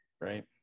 Right